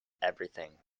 everything